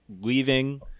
leaving